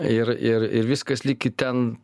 ir ir ir viskas lyg į ten